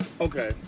Okay